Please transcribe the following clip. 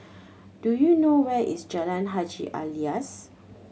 do you know where is Jalan Haji Alias